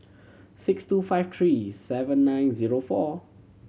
six two five three seven nine zero four